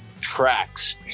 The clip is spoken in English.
tracks